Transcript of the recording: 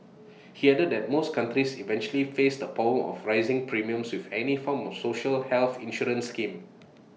he added that most companies eventually face the problem of rising premiums with any form of social health insurance scheme